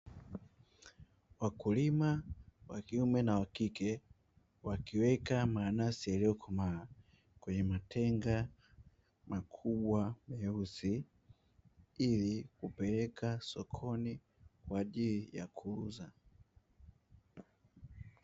Wakulima wa kiume na wa kike wakiweka manansi yaliyokomaa kwenye matenga makubwa meusi, ili kupeleka sokoni kwa ajili ya kuuza.